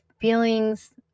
feelings